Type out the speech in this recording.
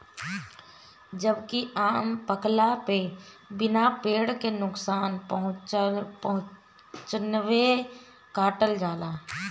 जबकि आम पकला पे बिना पेड़ के नुकसान पहुंचवले काटल जाला